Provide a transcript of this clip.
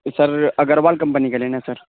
سر Agarwal company کا لینا ہے سر